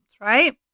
right